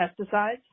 pesticides